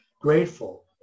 grateful